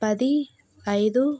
పది ఐదు